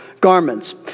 garments